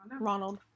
Ronald